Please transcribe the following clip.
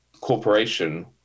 corporation